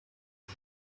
wie